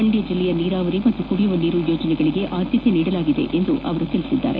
ಮಂಡ್ಯ ಜಿಲ್ಲೆಯ ನೀರಾವರಿ ಹಾಗೂ ಕುಡಿಯುವ ನೀರು ಯೋಜನೆಗಳಿಗೆ ಆದ್ಯತೆ ನೀಡಲಾಗಿದೆ ಎಂದು ಡಾ